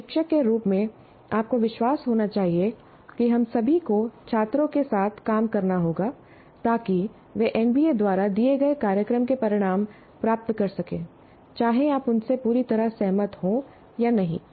एक शिक्षक के रूप में आपको विश्वास होना चाहिए कि हम सभी को छात्रों के साथ काम करना होगा ताकि वे एनबीए द्वारा दिए गए कार्यक्रम के परिणाम प्राप्त कर सकें चाहे आप उनसे पूरी तरह सहमत हों या नहीं